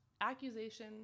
Accusation